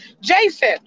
Jason